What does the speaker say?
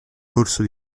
corso